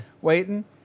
waiting